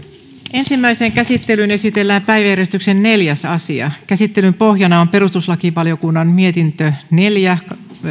ensimmäiseen käsittelyyn esitellään päiväjärjestyksen neljäs asia käsittelyn pohjana on perustuslakivaliokunnan mietintö neljä